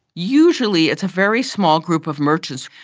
usually it's a very small group of merchants.